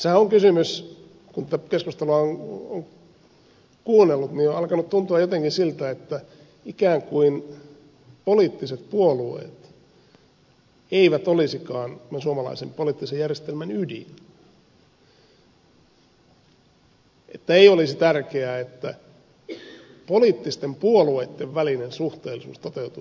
kun tätä keskustelua on kuunnellut niin on alkanut tuntua jotenkin siltä että ikään kuin poliittiset puolueet eivät olisikaan suomalaisen poliittisen järjestelmän ydin että ei olisi tärkeää että poliittisten puolueitten välinen suhteellisuus toteutuisi oikein